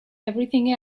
everything